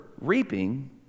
reaping